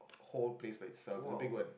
whole place by itself it's a big one